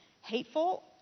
hateful